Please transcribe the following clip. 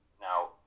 now